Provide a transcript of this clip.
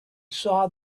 saw